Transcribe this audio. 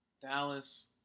Dallas